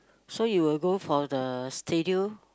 so you will go for the studio